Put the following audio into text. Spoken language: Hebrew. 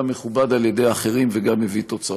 מכובד על ידי אחרים וגם מביא תוצאות.